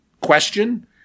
question